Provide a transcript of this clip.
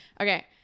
okay